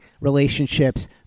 relationships